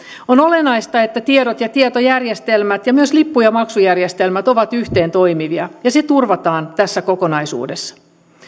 on olennaista että tiedot ja tietojärjestelmät ja myös lippu ja maksujärjestelmät ovat yhteen toimivia ja se turvataan tässä kokonaisuudessa